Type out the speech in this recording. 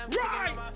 right